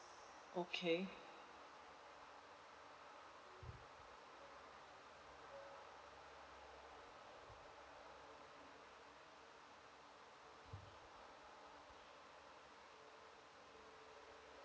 okay